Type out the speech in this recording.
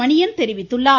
மணியன் தெரிவித்துள்ளார்